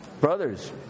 Brothers